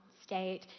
state